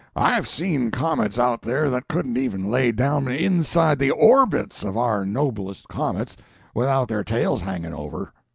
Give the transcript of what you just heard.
i've seen comets out there that couldn't even lay down inside the orbits of our noblest comets without their tails hanging over.